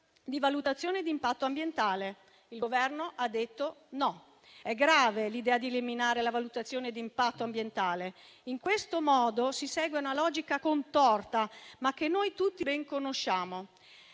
di valutazione di impatto ambientale. Il Governo ha detto no. È grave l'idea di eliminare la valutazione di impatto ambientale; in questo modo si segue una logica contorta, ma che noi tutti ben conosciamo.